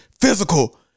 physical